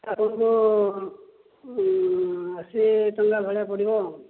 ଆପଣ ତ ଆସିବେ ଭଳିଆ କରିବା ଆଉ